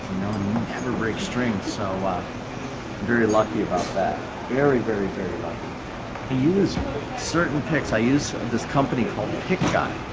never break strings, so i'm very lucky about that very very very lucky to use certain picks. i use of this company called the ticket on